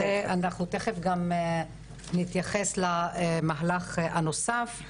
אנחנו תיכף גם נתייחס למהלך הנוסף,